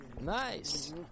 Nice